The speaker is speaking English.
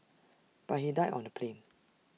but he died on the plane